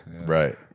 right